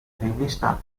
rivista